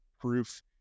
proof